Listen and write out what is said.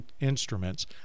instruments